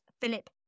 Philip